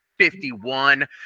51%